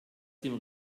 dem